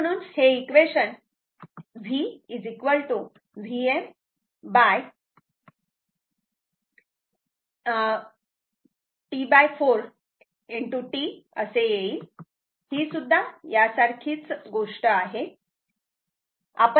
आणि म्हणून हे इक्वेशन v VmT4 Tअसे येईल हीसुद्धा यासाठी सारखीच गोष्ट आहे